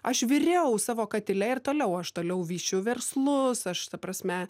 aš viriau savo katile ir toliau aš toliau vysčiau verslus aš ta prasme